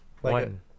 one